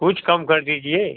कुछ कम कर दीजिए